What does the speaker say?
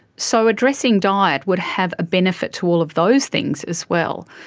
so addressing diet would have a benefit to all of those things as well.